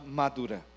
madura